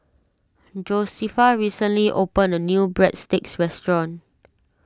Josefa recently opened a new Breadsticks restaurant